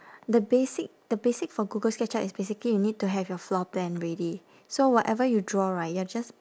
the basic the basic for google sketchup is basically you need to have your floor plan ready so whatever you draw right you are just